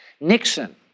Nixon